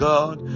God